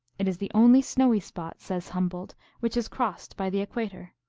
it is the only snowy spot, says humboldt, which is crossed by the equator.